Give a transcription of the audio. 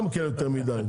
גם כן יותר מידי.